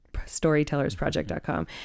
storytellersproject.com